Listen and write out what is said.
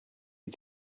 you